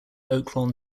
oaklawn